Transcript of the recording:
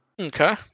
Okay